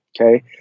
Okay